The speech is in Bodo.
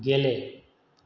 गेले